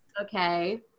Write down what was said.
Okay